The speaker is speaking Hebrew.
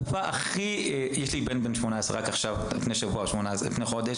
יש לי בן שחגג 18 רק לפני חודש,